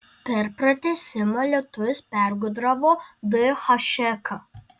per pratęsimą lietuvis pergudravo d hašeką